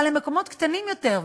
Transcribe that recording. אבל הם מקומות קטנים יותר,